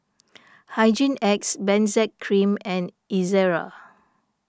Hygin X Benzac Cream and Ezerra